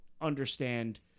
understand